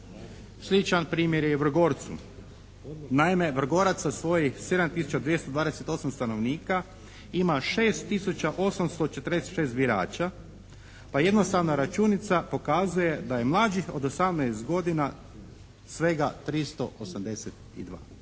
Sličan primjer je i u Vrgorcu. Naime, Vrgorac sa svojih 7 tisuća 228 stanovnika ima 6 tisuća 846 birača, pa jednostavna računica pokazuje da je mlađih od 18 godina svega 382.